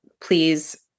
Please